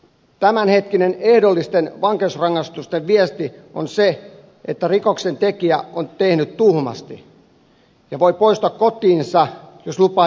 tämänhetkinen ehdollisten vankeusrangaistusten viesti on se että rikoksentekijä on tehnyt tuhmasti ja voi poistua kotiinsa jos lupaa jatkossa olla kiltisti